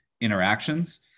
interactions